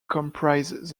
comprises